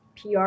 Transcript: PR